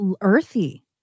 earthy